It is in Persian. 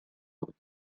بودند